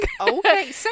Okay